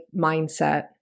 mindset